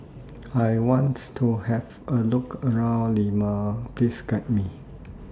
I want to Have A Look around Lima Please Guide Me